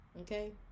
Okay